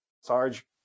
Sarge